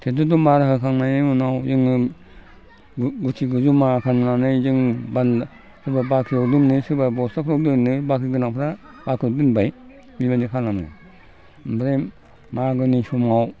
ट्रेक्टरजों मारा होखांनायनि उनाव जोङो मुथि माबा खालामनानै जों सोरबा बाख्रियाव दोनो सोरबा बस्थाफ्रावनो दोनो बाख्रि गोनांफ्रा बाख्रियावनो दोनबाय बिबायदि खालामो ओमफ्राय मागोनि समाव